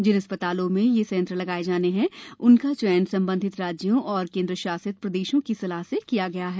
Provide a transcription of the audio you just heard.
जिन अस्पतालों में ये संयंत्र लगाए जाने हैं उनका चयन संबंधित राज्यों और केन्द्रशासित प्रदेशों की सलाह से किया गया है